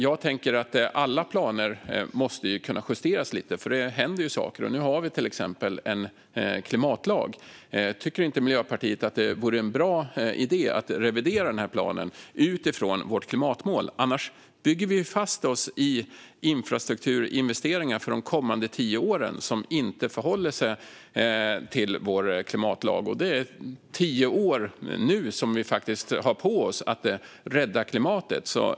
Jag tänker att alla planer måste kunna justeras lite grann, eftersom det händer saker. Nu har vi till exempel en klimatlag. Tycker inte Miljöpartiet att det vore en bra idé att revidera denna plan utifrån vårt klimatmål, annars bygger vi fast oss i infrastrukturinvesteringarna för de kommande tio åren som inte förhåller sig till vår klimatlag? Och det är faktiskt tio år som vi nu har på oss att rädda klimatet.